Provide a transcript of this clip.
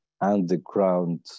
underground